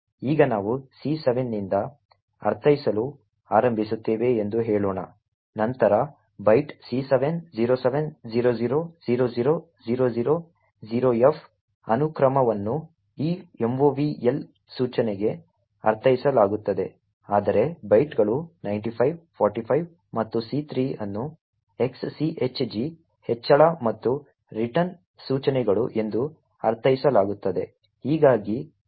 ಈಗ ನಾವು C7 ನಿಂದ ಅರ್ಥೈಸಲು ಆರಂಭಿಸುತ್ತೇವೆ ಎಂದು ಹೇಳೋಣ ನಂತರ ಬೈಟ್ C7 07 00 00 00 0F ಅನುಕ್ರಮವನ್ನು ಈ movl ಸೂಚನೆಗೆ ಅರ್ಥೈಸಲಾಗುತ್ತದೆ ಆದರೆ ಬೈಟ್ಗಳು 95 45 ಮತ್ತು C3 ಅನ್ನು XCHG ಹೆಚ್ಚಳ ಮತ್ತು ರಿಟರ್ನ್ ಸೂಚನೆಗಳು ಎಂದು ಅರ್ಥೈಸಲಾಗುತ್ತದೆ